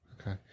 Okay